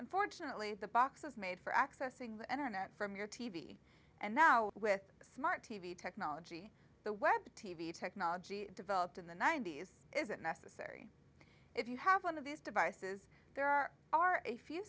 unfortunately the box is made for accessing the internet from your t v and now with smart t v technology the web t v technology developed in the ninety's isn't necessary if you have one of these devices there are a